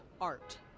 art